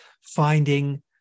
finding